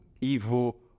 evil